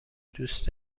دوست